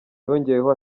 yongeyeho